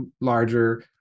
larger